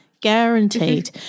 Guaranteed